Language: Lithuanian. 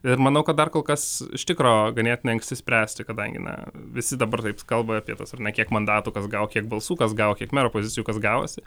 ir manau kad dar kol kas iš tikro ganėtinai anksti spręsti kadangi na visi dabar taip kalba apie tas ar ne kiek mandatų kas gavo kiek balsų kas gavo kiek mero pozicijų kas gavosi